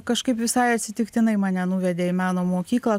kažkaip visai atsitiktinai mane nuvedė į meno mokyklą